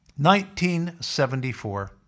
1974